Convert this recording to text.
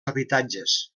habitatges